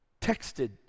texted